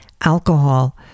alcohol